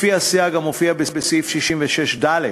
לפי הסייג המופיע בסעיף 66(ד),